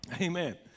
Amen